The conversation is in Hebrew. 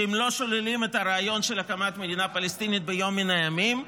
שהם לא שוללים את הרעיון של הקמת מדינה פלסטינית ביום מן הימים,